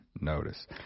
notice